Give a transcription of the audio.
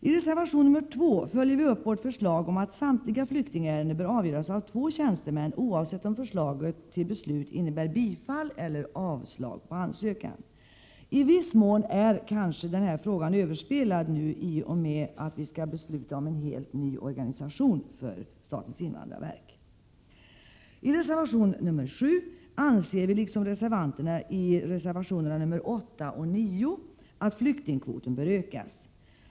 I reservation 2 följer vi upp vårt förslag om att samtliga flyktingärenden bör avgöras av två tjänstemän, oavsett om förslaget till beslut innebär bifall eller avslag på en ansökan. I viss mån är kanske denna fråga nu överspelad i och med att vi skall besluta om en helt ny organisation för statens invandrarverk. I reservation 7 anser vi — liksom reservanterna i reservationerna 8 och 9 — att flyktingkvoten bör ökas.